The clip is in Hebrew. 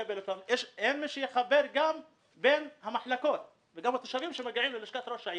אין מי שיחבר בן המחלקות וגם התושבים שמגיעים ללשכת ראש העיר,